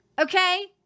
okay